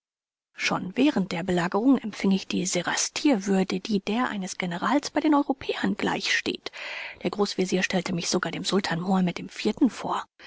schon während der belagerung empfing ich die serastierwürde die der eines generals bei den europäern gleich steht der großvezier stellte mich sogar dem sultan muhamed iv vor